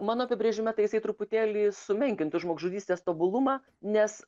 mano apibrėžime tai jisai truputėlį sumenkintų žmogžudystės tobulumą nes